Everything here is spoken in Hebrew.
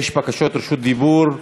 יש בקשות רשות דיבור,